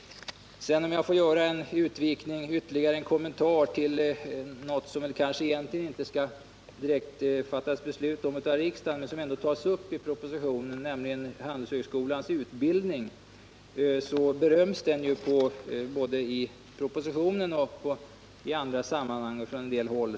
Sedan vill jag göra ytterligare ett par kommentarer till något som kanske egentligen inte direkt skall beslutas av riksdagen men som ändå tas upp i propositionen, nämligen Handelshögskolans utbildning, som ju beröms i propositionen och i andra sammanhang från en del håll.